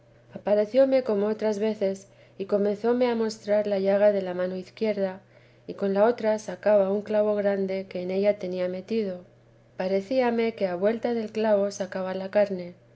oír aparecióme como otras veces y comenzóme a mostrar la llaga de la mano izquierda y con la otra sacaba un clavo grande que en ella tenía metido parecíame que a vuelta del clavo sacaba la carne